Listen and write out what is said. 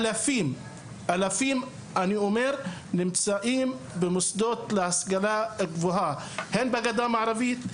אלפי סטודנטים נמצאים במוסדות להשכלה גבוהה בגדה המערבית,